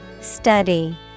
Study